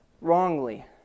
wrongly